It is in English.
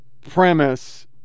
premise